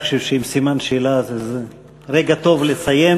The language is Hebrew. אני חושב שעם סימן השאלה הזה זה רגע טוב לסיים,